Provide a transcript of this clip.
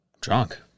drunk